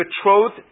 betrothed